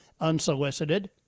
unsolicited